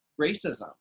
racism